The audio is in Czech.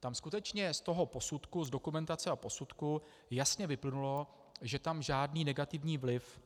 Tam skutečně z toho posudku, z dokumentace a posudku jasně vyplynulo, že tam žádný negativní vliv,